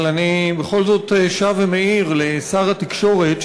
אבל אני בכל זאת שב ומעיר לשר התקשורת,